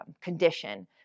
condition